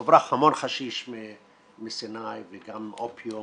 כי הוברח המון חשיש מסיני וגם אופיום